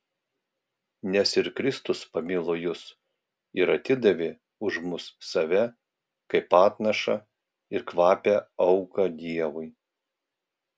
nes ir kristus pamilo jus ir atidavė už mus save kaip atnašą ir kvapią auką dievui